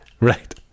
Right